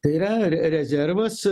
yra rezervas